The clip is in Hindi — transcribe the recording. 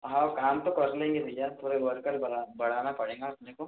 हाँ काम तो कर लेंगे भैया थोड़े वर्कर बड़ा बढ़ाना पड़ेगा अपने को